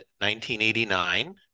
1989